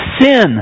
sin